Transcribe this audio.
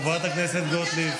חברת הכנסת גוטליב.